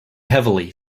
heavily